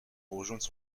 rejoindre